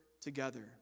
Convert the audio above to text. together